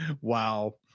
Wow